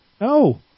No